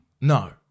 No